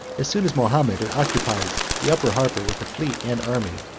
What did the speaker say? as soon as mahomet had occupied the upper harbor with a fleet and army,